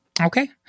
Okay